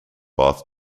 bath